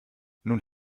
nun